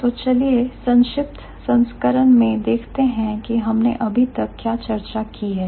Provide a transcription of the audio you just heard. तो चलिए संक्षिप्त संस्करण में देखते हैं के हमने अभी तक क्या चर्चा की है